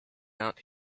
out